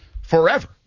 forever